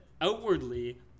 outwardly